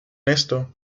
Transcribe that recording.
esto